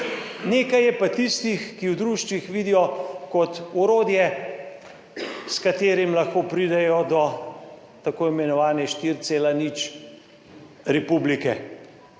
Nekaj je pa tistih, ki v društvih vidijo kot orodje, s katerim lahko pridejo do tako imenovane 4,0 republike.